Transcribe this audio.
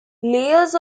layers